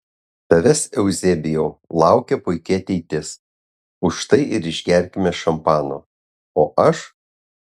tavęs euzebijau laukia puiki ateitis už tai ir išgerkime šampano o aš